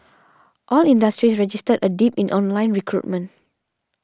all industries registered a dip in online recruitment